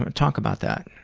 ah talk about that.